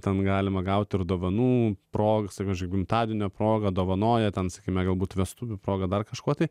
ten galima gauti ir dovanų proga savęs gimtadienio proga dovanoja ten sakykime galbūt vestuvių proga dar kažkuo tai